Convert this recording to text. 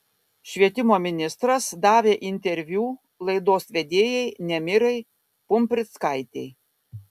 švietimo ministras davė interviu laidos vedėjai nemirai pumprickaitei